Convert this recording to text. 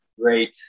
great